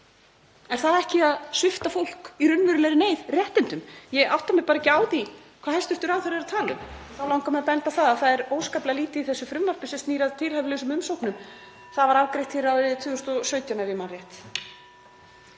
Er það ekki að svipta fólk í raunverulegri neyð réttindum? Ég átta mig bara ekki á því hvað hæstv. ráðherra er að tala um. Þá langar mig að benda á að það er óskaplega lítið í þessu frumvarpi sem snýr að tilhæfulausum umsóknum, það var afgreitt hér árið 2017, ef ég man rétt.